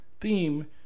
theme